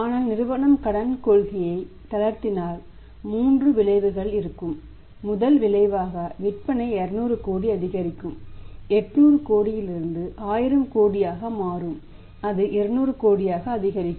ஆனால் நிறுவனம் கடன் கொள்கையை தளர்த்தினால் 3 விளைவு இருக்கும் இதன் விளைவாக விற்பனை 200 கோடி அதிகரிக்கும் 800 கோடியிலிருந்து 1000 கோடியாக மாறும் அது 200 கோடியாக அதிகரிக்கும்